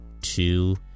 two